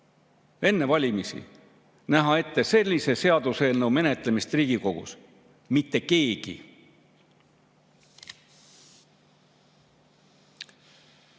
enne valimisi näha ette sellise seaduseelnõu menetlemist Riigikogus? Mitte keegi!